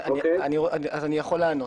אני יכול לענות.